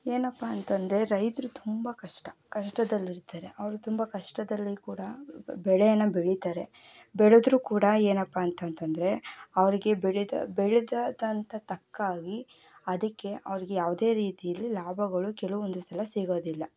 ಏನಪ್ಪ ಅಂತಂದರೆ ರೈತರು ತುಂಬ ಕಷ್ಟ ಕಷ್ಟದಲ್ಲಿರ್ತಾರೆ ಅವರು ತುಂಬ ಕಷ್ಟದಲ್ಲಿ ಕೂಡ ಬೆಳೆಯನ್ನು ಬೆಳೀತಾರೆ ಬೆಳೆದರೂ ಕೂಡ ಏನಪ್ಪ ಅಂತಂತಂದರೆ ಅವರಿಗೆ ಬೆಳೆದ ಬೆಳೆದಾದಂಥ ತಕ್ಕಾಗಿ ಅದಕ್ಕೆ ಅವರಿಗೆ ಯಾವುದೇ ರೀತೀಲಿ ಲಾಭಗಳು ಕೆಲವೊಂದು ಸಲ ಸಿಗೋದಿಲ್ಲ